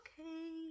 okay